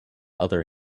other